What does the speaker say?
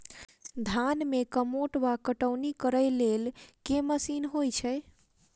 धान मे कमोट वा निकौनी करै लेल केँ मशीन होइ छै?